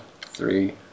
three